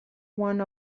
one